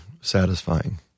satisfying